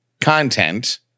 content